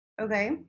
Okay